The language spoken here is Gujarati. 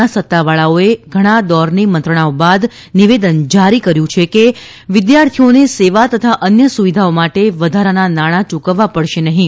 ના સત્તાવાળાઓએ ઘણાં દોરની મંત્રણાઓ બાદ નિવેદન જારી કર્યું છે કે વિદ્યાર્થીઓને સેવા તથા અન્ય સુવિધાઓ માટે વધારાના નાણા યૂકવવા પડશે નહિ